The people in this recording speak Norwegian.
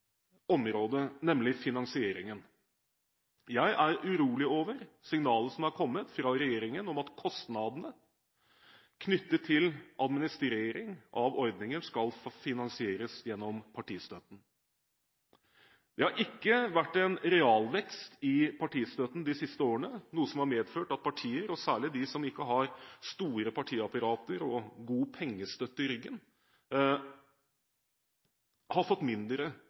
område, nemlig finansieringen. Jeg er urolig over signalet som er kommet fra regjeringen om at kostnadene knyttet til administrering av ordningen, skal finansieres gjennom partistøtten. Det har ikke vært en realvekst i partistøtten de siste årene, noe som har medført at partier – særlig de som ikke har store partiapparater og god pengestøtte i ryggen – har fått mindre